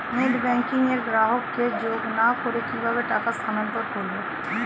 Net banking এ গ্রাহককে যোগ না করে কিভাবে টাকা স্থানান্তর করব?